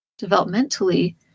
developmentally